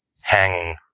hanging